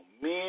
Men